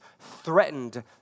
threatened